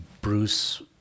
Bruce